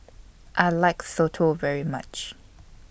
I like Soto very much